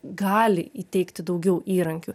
gali įteikti daugiau įrankių